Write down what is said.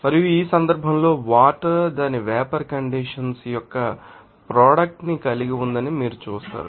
మరియు ఈ సందర్భంలో వాటర్ దాని వేపర్ కండెన్సషన్ యొక్క ప్రోడక్ట్ ని కలిగి ఉందని మీరు చూస్తారు